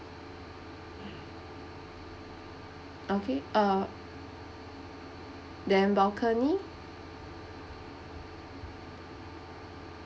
okay uh then balcony